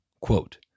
Quote